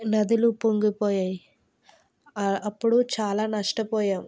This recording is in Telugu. నదులు పొంగిపోయాయి అప్పుడు చాలా నష్టపోయాం